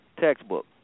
textbook